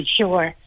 sure